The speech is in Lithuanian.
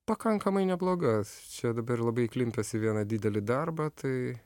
pakankamai nebloga čia dabar labai įklimpęs į vieną didelį darbą tai